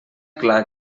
clar